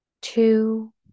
two